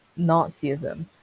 Nazism